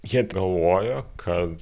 jie galvojo kad